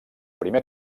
primer